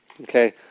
Okay